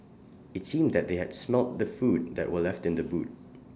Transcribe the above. IT seemed that they had smelt the food that were left in the boot